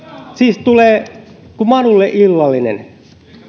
siis tulee kuin manulle illallinen ei